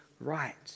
right